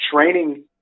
training